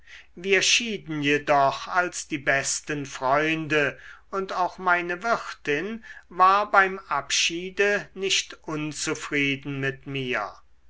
wir schieden jedoch als die besten freunde und auch meine wirtin war beim abschiede nicht unzufrieden mit mir